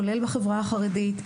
כולל בחברה החרדית,